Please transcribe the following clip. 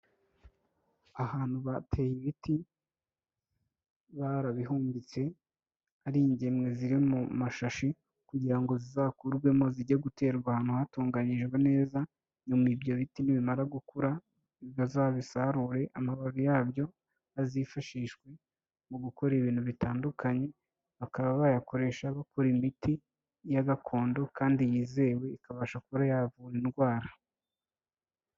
Ahantu bateye ibiti, barabihumbitse ari ingemwe ziri mu mashashi, kugira ngo zizakurwemo zijye guterwa ahantu hatunganyijwe neza, nyuma ibyo biti nibimara gukura bazabisarure, amababi yabyo azifashishwe mu gukora ibintu bitandukanye, bakaba bayakoresha bakora imiti ya gakondo kandi yizewe, ikabasha kuba yavura indwara.